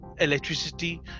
electricity